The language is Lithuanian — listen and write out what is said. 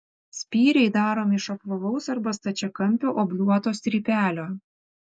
spyriai daromi iš apvalaus arba stačiakampio obliuoto strypelio